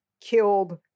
killed